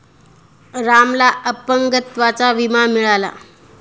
रामला अपंगत्वाचा विमा मिळाला